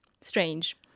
strange